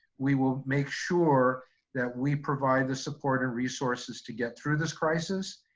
we will make sure that we provide the support and resources to get through this crisis.